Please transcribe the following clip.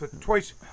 twice